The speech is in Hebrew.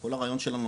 כל הרעיון שלנו,